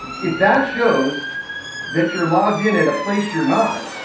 if that shows that you're logged in at a place you're not,